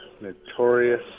notorious